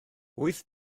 wyth